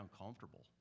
uncomfortable